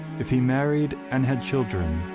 if he married and had children,